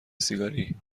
سیگاری